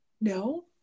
no